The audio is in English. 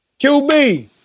QB